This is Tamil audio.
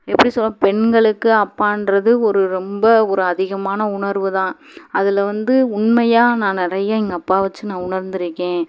எப்படி சொல்கிறது பெண்களுக்கு அப்பான்றது ஒரு ரொம்ப ஒரு அதிகமான உணர்வுதான் அதில் வந்து உண்மையாக நான் நிறைய எங்கள் அப்பாவை வச்சு உணர்ந்திருக்கேன்